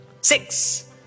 Six